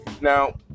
Now